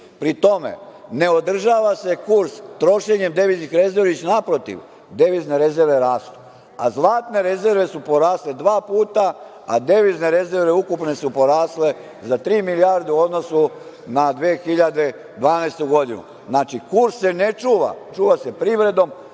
Pri tome, ne održava se kurs trošenjem deviznih rezervi, već naprotiv, devizne rezerve rastu, a zlatne rezerve su porasle dva puta, dok su devizne rezerve ukupne porasle za tri milijarde u odnosu na 2012. godinu. Znači, kurs se ne čuva, čuva se privredom,